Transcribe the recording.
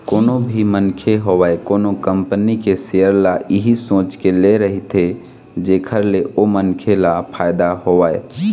कोनो भी मनखे होवय कोनो कंपनी के सेयर ल इही सोच के ले रहिथे जेखर ले ओ मनखे ल फायदा होवय